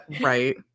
right